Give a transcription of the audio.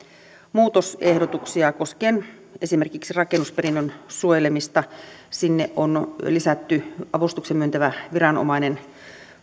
muutosehdotuksia koskien esimerkiksi rakennusperinnön suojelemista sinne on lisätty avustuksia myöntävä viranomainen